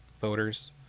voters